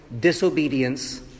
disobedience